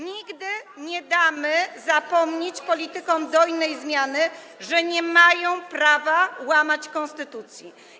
Nigdy nie damy zapomnieć politykom dojnej zmiany, że nie mają prawa łamać konstytucji.